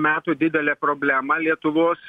metų didelė problema lietuvos